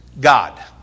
God